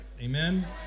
Amen